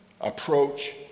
approach